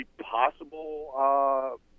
possible